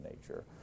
nature